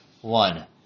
one